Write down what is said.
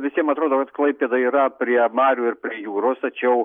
visiem atrodo vat klaipėda yra prie marių ir prie jūros tačiau